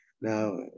Now